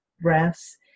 breaths